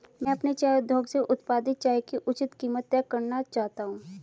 मैं अपने चाय उद्योग से उत्पादित चाय की उचित कीमत तय करना चाहता हूं